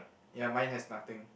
ya mine has nothing